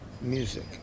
music